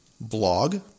blog